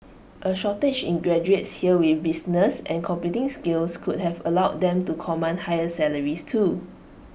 A shortage in graduates here with business and computing skills could have allowed them to command higher salaries too